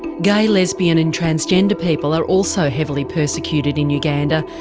gay, lesbian and transgender people are also heavily persecuted in uganda,